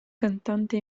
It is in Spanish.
cantante